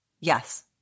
Yes